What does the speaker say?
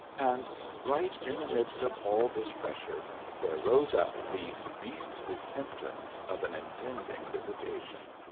and right in the midst of all this pressure there rose up these beastly symptoms of an impending visitation.